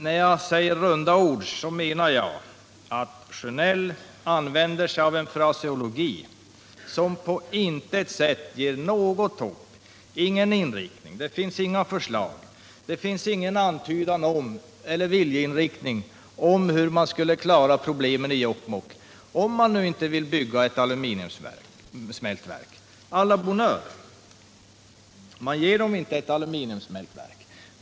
När jag sade ”runda ord” så menade jag att Sjönell använder en fraseologi som på intet sätt ger något hopp. Det finns ingen inriktning, inga förslag, ingen antydan om hur man skall klara problemen i Jokkmokk om man inte bygger ett aluminiumsmältverk. Att man inte ger Jokkmokk ett aluminiumsmältverk — å la bonne heure!